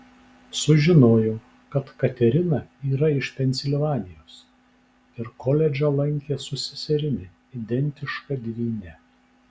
sužinojau kad katerina yra iš pensilvanijos ir koledžą lankė su seserimi identiška dvyne